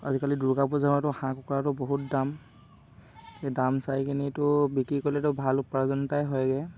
আজিকালি দুৰ্গা পূজাতো হাঁহ কুকুৰাটো বহুত দাম সেই দাম চাইখিনিতো বিক্ৰী কৰিলেতো ভাল উপাৰ্জন এটাই হয়গে